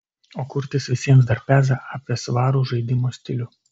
o kurtis visiems dar peza apie svarų žaidimo stilių